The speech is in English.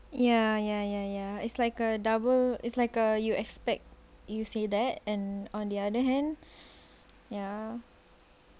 ya ya ya ya it's like a double it's like a you expect you say that and on the other hand ya